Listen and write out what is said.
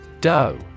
Doe